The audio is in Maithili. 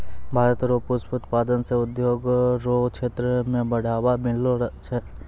भारत रो पुष्प उत्पादन से उद्योग रो क्षेत्र मे बढ़ावा मिललो छै